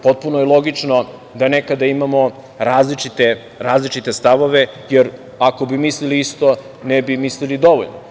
Potpuno je logično da nekada imamo različite stavove, jer ako bi mislili isto ne bi misli dovoljno.